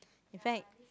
infect